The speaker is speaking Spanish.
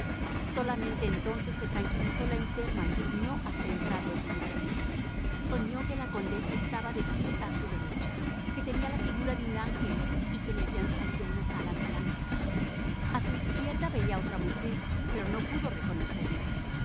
solamente entonces se tranquilizó la enferma y durmió hasta entrado el día soñó que la condesa estaba de pie a su derecha que tenía la figura de un ángel y que le habían salido unas alas blancas a su izquierda veía otra mujer pero no pudo reconocerla